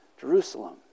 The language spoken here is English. Jerusalem